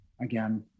again